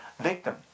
victim